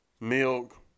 milk